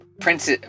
Prince